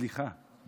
סליחה,